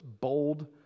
bold